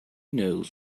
knows